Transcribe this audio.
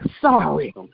sorry